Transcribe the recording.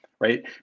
right